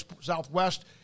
Southwest